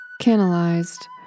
canalized